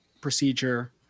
procedure